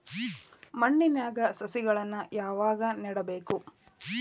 ಮಣ್ಣಿನ್ಯಾಗ್ ಸಸಿಗಳನ್ನ ಯಾವಾಗ ನೆಡಬೇಕು?